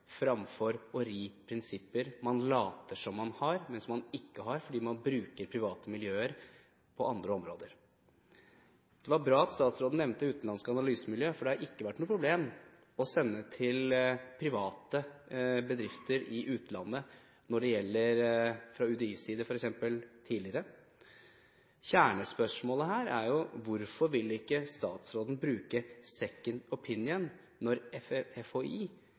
framfor å ri prinsipper man later som om man har, men som man ikke har fordi man bruker private miljøer på andre områder. Det var bra at statsråden nevnte utenlandsk analysemiljø, for det har ikke vært noe problem å sende til private bedrifter i utlandet fra f.eks. UDIs side tidligere. Kjernespørsmålet her er hvorfor statsråden ikke vil bruke